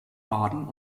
baden